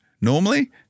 normally